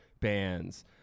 bands